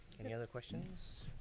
any other questions?